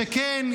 שכן,